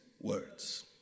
words